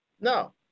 No